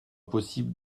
possible